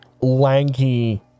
lanky